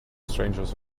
strangers